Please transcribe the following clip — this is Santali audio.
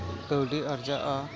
ᱠᱟᱹᱣᱰᱤ ᱟᱨᱡᱟᱜᱼᱟ